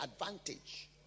advantage